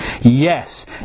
Yes